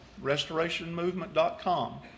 restorationmovement.com